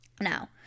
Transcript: Now